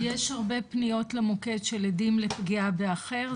יש הרבה פניות למוקד של עדים לפגיעה באחר,